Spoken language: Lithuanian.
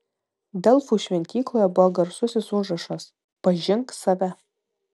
delfų šventykloje buvo garsusis užrašas pažink save